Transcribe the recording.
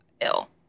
ill